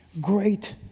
great